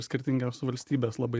skirtingos valstybės labai